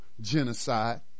genocide